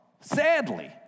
sadly